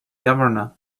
governor